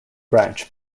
branch